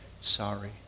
Sorry